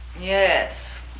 Yes